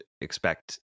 expect